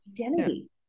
Identity